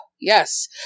Yes